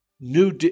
new